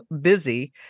busy